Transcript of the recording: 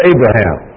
Abraham